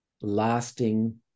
lasting